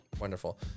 Wonderful